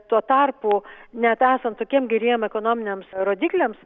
tuo tarpu net esant tokiem geriem ekonominiams rodikliams